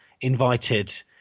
invited